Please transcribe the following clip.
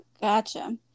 Gotcha